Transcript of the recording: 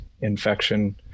infection